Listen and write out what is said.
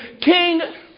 King